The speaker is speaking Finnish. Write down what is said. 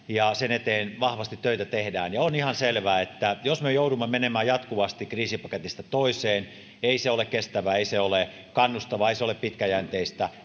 ja sen eteen vahvasti töitä tehdään on ihan selvää että jos me joudumme menemään jatkuvasti kriisipaketista toiseen ei se ole kestävää ei se ole kannustavaa ei se ole pitkäjänteistä